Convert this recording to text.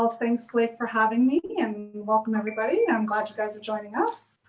um thanks, blake, for having me. um welcome everybody, i'm glad you guys are joining us.